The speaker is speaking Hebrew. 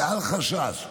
ואל חשש,